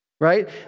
Right